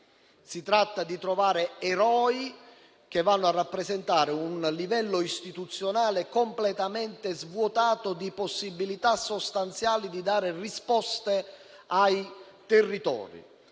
Si tratta di trovare eroi che vadano a rappresentare un livello istituzionale completamente svuotato della possibilità sostanziale di dare risposte ai territori.